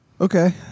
okay